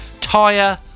Tire